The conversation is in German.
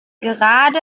gerade